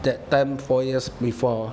that time four years before